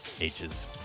H's